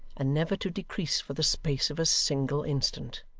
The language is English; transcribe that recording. and never to decrease for the space of a single instant.